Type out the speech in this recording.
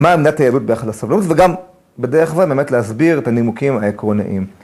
מה עמדת היהדות ביחס לסובלנות וגם בדרך זו באמת להסביר את הנימוקים העקרוניים